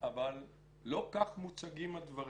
אבל לא כך מוצגים הדברים,